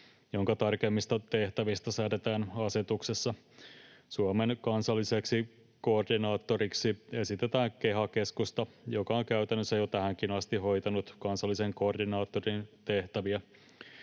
jonka tarkemmista tehtävistä säädetään asetuksessa. Suomen kansalliseksi koordinaattoriksi esitetään KEHA-keskusta, joka on käytännössä jo tähänkin asti hoitanut kansallisen koordinaattorin tehtäviä.